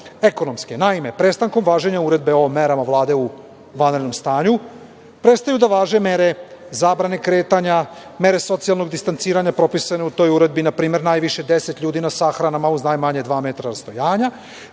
ekonomske. Naime, prestankom važenja Uredbe o merama Vlade u vanrednom stanju, prestaju da važe mere zabrane kretanja, mere socijalnog distanciranja propisane u toj uredbi, na primer, najviše 10 ljudi na sahranama uz najmanje dva metra rastojanja,